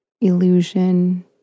illusion